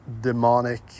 demonic